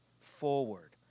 forward